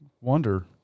wonder